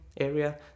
area